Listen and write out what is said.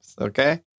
Okay